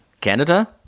Canada